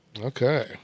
Okay